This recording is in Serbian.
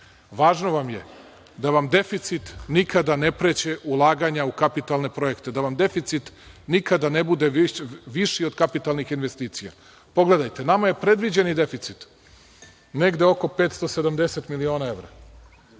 važno vam je da vam deficit nikada ne pređe u ulaganja u kapitalne projekte, da vam deficit nikada ne bude viši od kapitalnih investicija. Pogledajte, nama je predviđeni deficit negde oko 570 miliona evra,